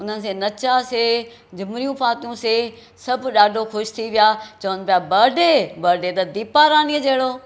हुन ते नचियासीं झुमिरियूं पातियुसीं सभु ॾाढो ख़ुशि थी विया चवनि पिया बर्डे बर्डे त दीपा रानीअ जहिड़ो